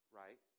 right